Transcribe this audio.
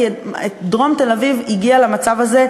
כי דרום תל-אביב הגיעה למצב הזה,